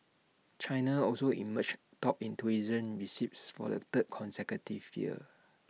China also emerged top in tourism receipts for the third consecutive year